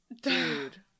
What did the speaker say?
Dude